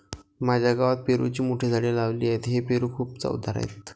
माझ्या गावात पेरूची मोठी झाडे लावली आहेत, हे पेरू खूप चवदार आहेत